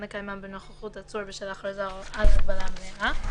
לקיימם בנוכחות עצור בשל הכרזה על הגבלה מלאה".